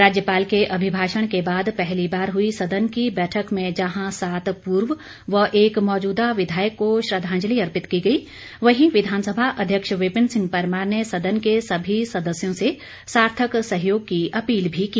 राज्यपाल के अभिभाषण के बाद पहली बार हुई सदन की बैठक में जहां सात पूर्व व एक मौजूदा विधायक को श्रद्वांजलि अर्पित की गई वहीं विधानसभा अध्यक्ष विपिन सिंह परमार ने सदन के सभी सदस्यों से सार्थक सहयोग की अपील भी की